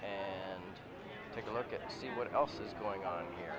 and take a look at what else is going on here